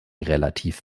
relativ